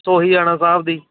Sohiana Sahib ਦੀ